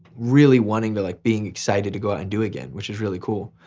really wanting to like being excited to go out and do again, which is really cool.